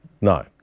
No